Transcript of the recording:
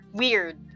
weird